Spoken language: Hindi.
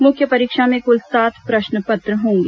मुख्य परीक्षा में कुल सात प्रश्न पत्र होंगे